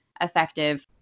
effective